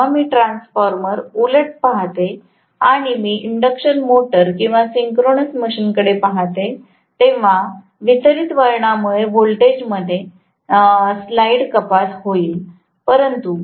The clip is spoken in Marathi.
म्हणून जेव्हा मी ट्रान्सफॉर्मर उलट पाहते आणि मी इंडक्शन मोटर किंवा सिंक्रोनस मशीनकडे पहाते तेव्हा वितरित वळणामुळे व्होल्टेजमध्ये स्लाइड कपात होईल